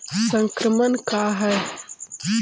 संक्रमण का है?